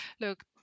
look